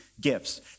gifts